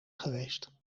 geweest